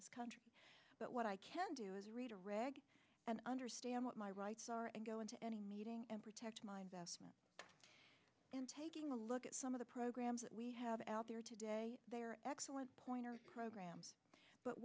the country but what i can do is read a reg and understand what my rights are and go into any meeting and protect my investment in taking a look at some of the programs that we have out there today they are excellent point program but